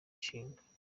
nshinga